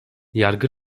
yargı